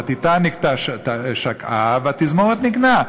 ה"טיטניק" שקעה והתזמורת ניגנה.